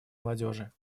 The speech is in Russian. молодежи